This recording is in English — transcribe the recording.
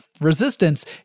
Resistance